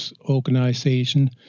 Organization